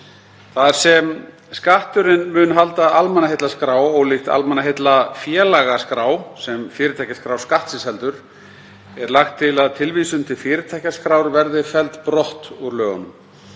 Þar sem Skatturinn mun halda almannaheillaskrá ólíkt almannaheillafélagaskrá, sem fyrirtækjaskrá Skattsins heldur, er lagt til að tilvísun til fyrirtækjaskrár verði felld brott úr lögunum.